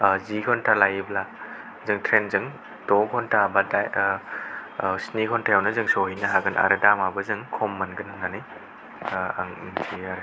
जि घन्टा लायोब्ला जों ट्रैनजों द' घन्टा बा स्नि घन्टायावनो जों सहैनो हागोन आरो दामाबो जों खम मोनोगोन होननानै आं मिथियो आरो